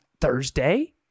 thursday